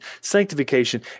sanctification